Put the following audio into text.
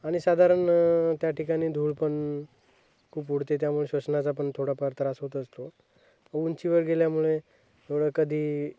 आणि साधारण त्या ठिकाणी धूळ पण खूप उडते त्यामुळे श्वसनाचा पण थोडाफार त्रास होत असतो उंचीवर गेल्यामुळे थोडं कधी